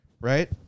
right